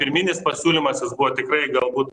pirminis pasiūlymas jis buvo tikrai galbūt